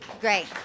Great